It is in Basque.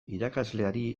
irakasleari